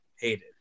hated